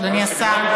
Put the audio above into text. אדוני השר,